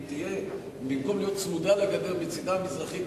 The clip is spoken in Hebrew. במקום להיות צמודה לגדר מצדה המזרחי,